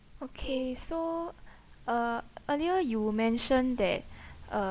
okay so uh earlier you mentioned that uh